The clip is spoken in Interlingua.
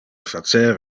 facer